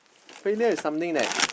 failure is something that